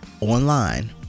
online